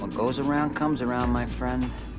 ah goes around, comes around, my friend.